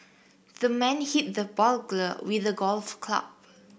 the man hit the burglar with a golf club